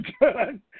done